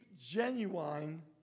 genuine